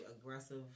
aggressive